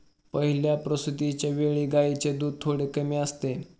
पहिल्या प्रसूतिच्या वेळी गायींचे दूध थोडे कमी असते